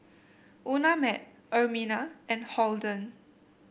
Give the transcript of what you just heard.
Unnamed Ermina and Holden